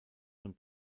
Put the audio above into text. von